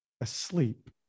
asleep